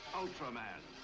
ultraman